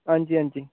हां जी हां जी